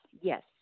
yes